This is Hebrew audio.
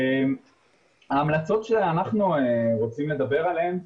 ההמלצות שאנחנו רוצים לדבר עליהן,